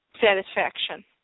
satisfaction